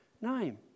name